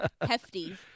hefty